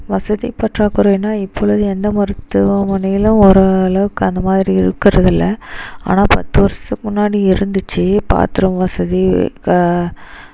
வசதி பற்றாக்குறைனால் இப்பொழுது எந்த மருத்துவமனையிலும் ஓரளவுக்கு அந்த மாதிரி இருக்கிறது இல்லை ஆனால் பத்து வருஷத்துக்கு முன்னாடி இருந்துச்சு பாத் ரூம் வசதி க